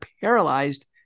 paralyzed